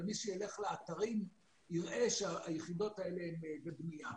אבל מי שיילך לאתרים יראה שהיחידות האלה בבנייה.